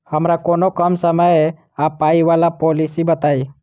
हमरा कोनो कम समय आ पाई वला पोलिसी बताई?